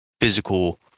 physical